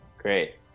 Great